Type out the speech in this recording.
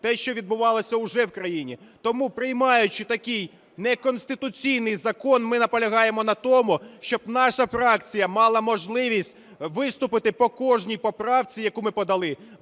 те, що відбувалося уже в країні. Тому, приймаючи такий неконституційний закон, ми наполягаємо на тому, щоб наша фракція мала можливість виступити по кожній поправці, яку ми подали.